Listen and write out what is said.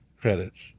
credits